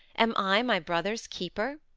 am i my brother's keeper?